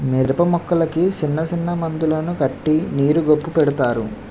మిరపమొక్కలకి సిన్నసిన్న మందులను కట్టి నీరు గొప్పు పెడతారు